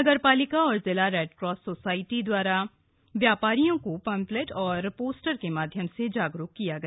नगरपालिका और जिला रेडक्रॉस सोसायटी द्वारा व्यापारियों को पम्फलेट और पोस्टर के माध्यम से जागरूक किया गया